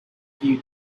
few